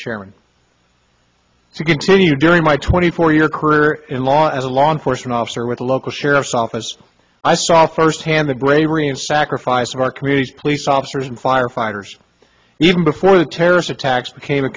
chairman to continue during my twenty four year career in law as a law enforcement officer with a local sheriff's office i saw firsthand the bravery and sacrifice of our communities police officers and firefighters even before the terrorist attacks became a